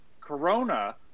corona